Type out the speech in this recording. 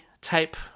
type